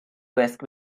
risk